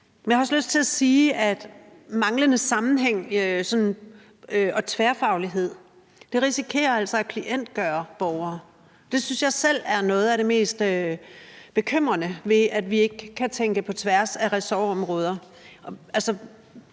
jeg har også lyst til at sige, at manglende sammenhæng og tværfaglighed altså risikerer at klientgøre borgere. Det synes jeg selv er noget af det mest bekymrende ved, at vi ikke kan tænke på tværs af ressortområder.